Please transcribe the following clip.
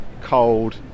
cold